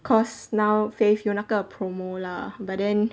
cause now fave 有那个 promo lah but then